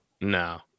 No